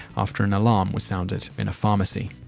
after an alarm was sounded in a pharmacy.